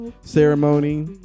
ceremony